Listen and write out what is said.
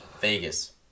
Vegas